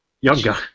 Younger